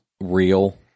real